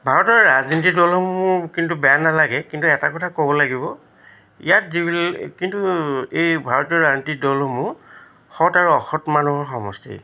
ভাৰতৰ ৰাজনীতিক দলসমূহ কিন্তু বেয়া নালাগে কিন্তু এটা কথা ক'ব লাগিব ইয়াত যিবিলাক কিন্তু এই ভাৰতীয় ৰাজনীতিক দলসমূহ সৎ আৰু অসৎ মানুহৰ সমষ্টি